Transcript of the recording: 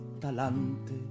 talante